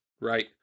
right